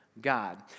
God